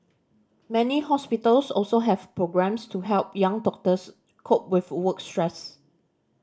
many hospitals also have programmes to help young doctors cope with work stress